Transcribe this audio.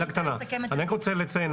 אני רק רוצה לציין,